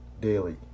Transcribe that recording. daily